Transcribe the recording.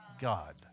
God